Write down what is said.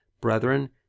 brethren